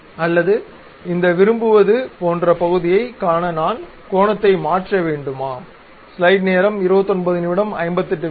அல்லது இந்த விரும்புவது போன்ற பகுதியை காண நான் கோணத்தை மாற்ற வேண்டுமா